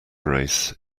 race